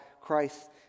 Christ